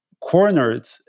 cornered